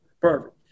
perfect